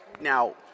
Now